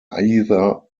either